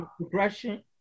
progression